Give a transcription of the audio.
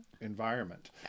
environment